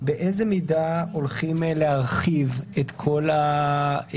באיזה מידה הולכים להרחיב בפועל.